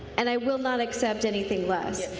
and i will not accept anything less.